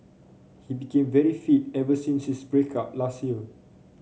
he became very fit ever since his break up last year